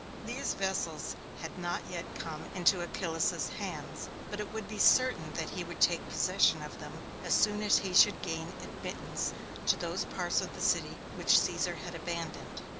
these vessels had not yet come into achillas's hands, but it would be certain that he would take possession of them as soon as he should gain admittance to those parts of the city which caesar had abandoned.